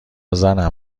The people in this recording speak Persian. زنم